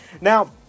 now